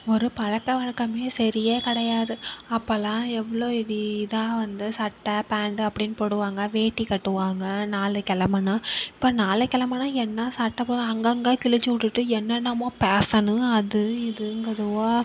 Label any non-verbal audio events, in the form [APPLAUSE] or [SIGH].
ஒரு பழக்கவழக்கமுமே சரியே கிடையாது அப்போலாம் எவ்வளோ இது இதாக வந்து சட்டை பேண்ட் அப்படின்னு போடுவாங்க வேட்டி கட்டுவாங்க நாள் கிழமன்னா இப்போ நாள் கிழமன்னா என்ன சட்டை [UNINTELLIGIBLE] அங்கங்க கிழிச்சு விட்டுட்டு என்னென்னமோ ஃபேஷன் அது இதுங்கிதுவோ